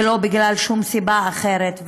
ולא משום סיבה אחרת,